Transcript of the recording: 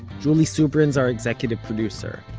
julie subrin's our executive producer.